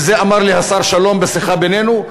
ואת זה אמר לי השר שלום בשיחה בינינו,